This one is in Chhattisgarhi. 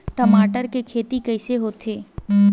टमाटर के खेती कइसे होथे?